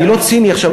אני לא ציני עכשיו.